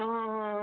অঁ অঁ